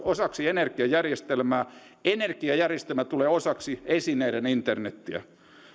osaksi energiajärjestelmää energiajärjestelmä tulee osaksi esineiden internetiä